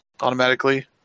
automatically